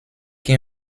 qui